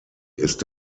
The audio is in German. ist